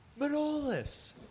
Manolis